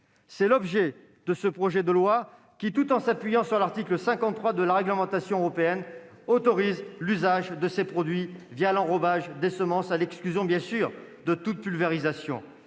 est l'objet de ce projet de loi, lequel, en s'appuyant sur l'article 53 de la réglementation européenne, autorise l'usage de ces produits l'enrobage des semences, à l'exclusion, bien sûr, de toute pulvérisation.